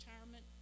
retirement